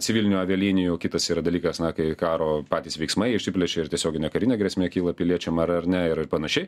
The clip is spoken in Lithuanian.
civilinių avialinijų kitas yra dalykas na kai karo patys veiksmai išsiplečiair tiesioginė karinė grėsmė kyla piliečiam ar ar ne ir panašiai